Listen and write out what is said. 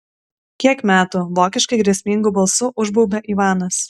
kiek metų vokiškai grėsmingu balsu užbaubia ivanas